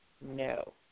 no